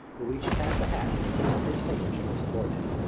luigi passed the hat from the tips of his fingers to a subordinate.